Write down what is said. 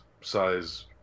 size